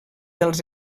dels